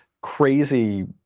crazy